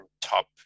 top